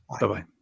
Bye-bye